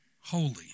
holy